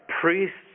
priests